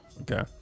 Okay